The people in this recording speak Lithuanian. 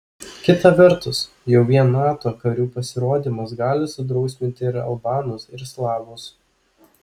kita vertus jau vien nato karių pasirodymas gali sudrausminti ir albanus ir slavus